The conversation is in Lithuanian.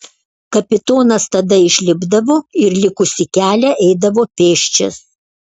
kapitonas tada išlipdavo ir likusį kelią eidavo pėsčias